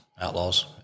outlaws